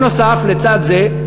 בנוסף, לצד זה,